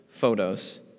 photos